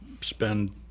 spend